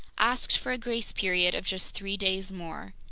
asked for a grace period of just three days more.